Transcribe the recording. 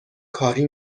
کاری